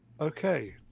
Okay